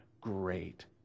great